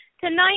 Tonight